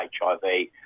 HIV